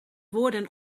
woorden